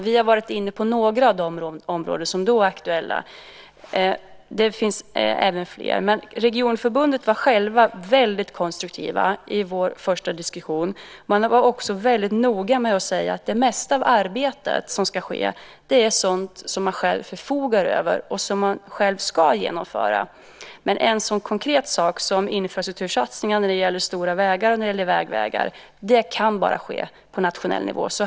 Vi har varit inne på några områden som är aktuella. Det finns fler. Regionförbundet var väldigt konstruktivt i vår första diskussion. Man var också noga med att säga att det mesta av arbetet som ska ske är sådant som man själv förfogar över och själv ska genomföra. En sådan konkret sak som infrastruktursatsningar när det gäller stora vägar och järnvägar kan ske bara på nationell nivå.